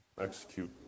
execute